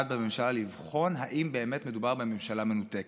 בממשלה לבחון אם באמת מדובר בממשלה מנותקת.